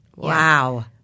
Wow